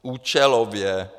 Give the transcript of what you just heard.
Účelově.